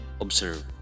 observe